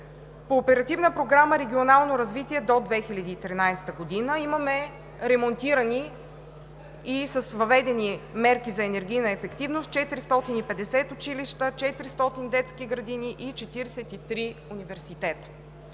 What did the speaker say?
По Оперативна програма „Регионално развитие“ до 2013 г. имаме ремонтирани и с въведени мерки за енергийна ефективност 450 училища, 400 детски градини и 43 университета.